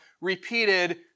repeated